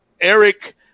Eric